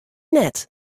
net